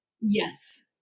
yes